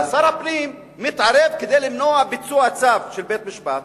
שר הפנים מתערב כדי למנוע ביצוע צו של בית-משפט,